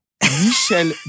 Michel